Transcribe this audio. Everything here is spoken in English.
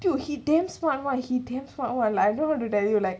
no he damn smart [one] he damn smart [one] like I don't know how to tell you like